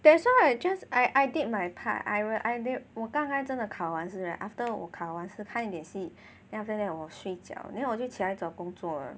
that's why I just I I did my part I didn't 我刚刚真的考完试 right after 我考完试看一点戏 then after that 我睡觉 then 我就起来找工作了